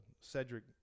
Cedric